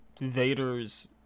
Vader's